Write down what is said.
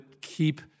keep